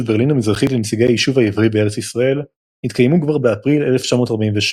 ברלין המזרחית לנציגי היישוב העברי בארץ ישראל התקיימו כבר באפריל 1948,